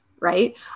Right